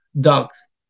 dogs